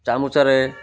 ଚାମୁଚାରେ